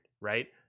right